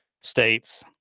states